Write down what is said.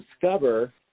discover